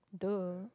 duh